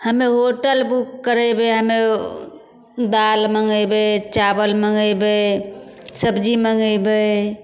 हमे hotel book करेबै हमे ओ दालि मँगेबै चावल मँगेबै सब्जी मँगेबै